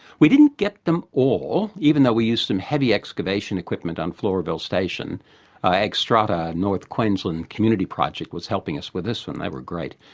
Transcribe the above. we didn't get them all, even though we used some heavy excavation equipment on floraville station an xstrata north queensland community project was helping us with this one, they were great.